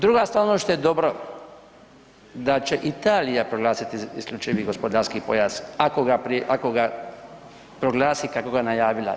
Druga stvar ono što je dobro, da će Italija proglasiti isključivi gospodarski pojas ako ga proglasi kako ga je najavila.